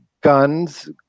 guns